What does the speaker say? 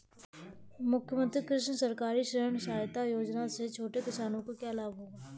मुख्यमंत्री कृषक सहकारी ऋण सहायता योजना से छोटे किसानों को क्या लाभ होगा?